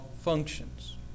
functions